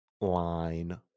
line